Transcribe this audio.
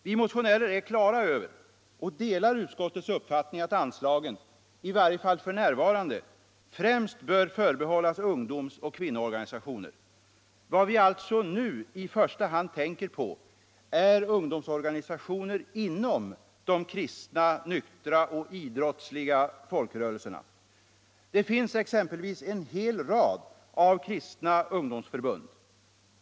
Vi motionärer är på det klara med och delar utskottets uppfattning att anslagen — i varje fall f.n. — främst bör förbehållas ungdomsoch kvinnoorganisationer. Vad vi alltså nu i första hand tänker på är ungdomsorganisationer inom de kristna, nyktra och idrottsliga folkrörelserna. Det finns exempelvis en hel rad av kristna ungdomsförbund.